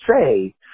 say